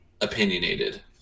opinionated